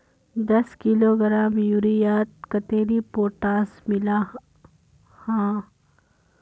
दस किलोग्राम यूरियात कतेरी पोटास मिला हाँ?